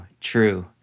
True